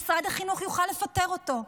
משרד החינוך יוכל לפטר אותו.